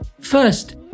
First